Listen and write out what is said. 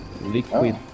Liquid